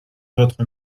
votre